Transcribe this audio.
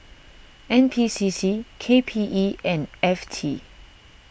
N P C C K P E and F T